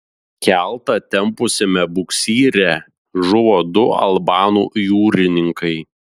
keltą tempusiame buksyre žuvo du albanų jūrininkai